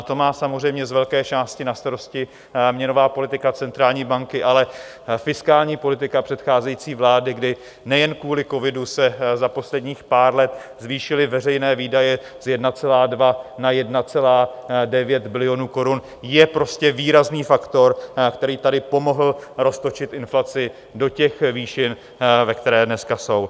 To má samozřejmě z velké části na starosti měnová politika centrální banky, ale fiskální politika předcházející vlády, kdy nejen kvůli covidu se za posledních pár let zvýšily veřejné výdaje z 1,2 na 1,9 bilionu korun, je prostě výrazný faktor, který tady pomohl roztočit inflaci do těch výšin, ve které dneska jsou.